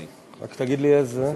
רק תגיד לי איזו הצעה.